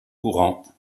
courant